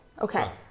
Okay